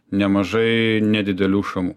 nemažai nedidelių šamų